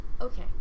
Okay